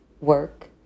work